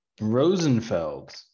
Rosenfeld